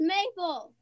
Maple